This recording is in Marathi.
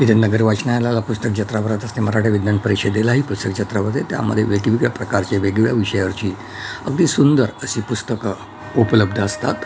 इथे नगर वाचनालयाला पुस्तक जत्रा भरत असते मराठी विज्ञान परिषदेलाही पुस्तक जत्रा भरते त्यामध्ये वेगवेगळ्या प्रकारचे वेगवेगळ्या विषयावरची अगदी सुंदर अशी पुस्तकं उपलब्ध असतात